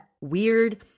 weird